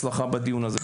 הצלחה בדיון הזה.